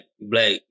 black